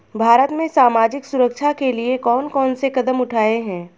भारत में सामाजिक सुरक्षा के लिए कौन कौन से कदम उठाये हैं?